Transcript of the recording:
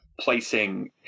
placing